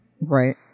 Right